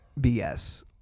BS